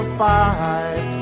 five